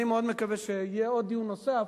אני מאוד מקווה שיהיה דיון נוסף,